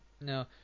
no